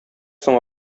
соң